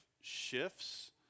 shifts